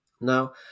Now